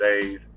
days